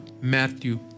matthew